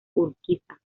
urquiza